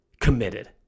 committed